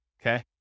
okay